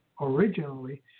originally